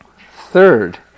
Third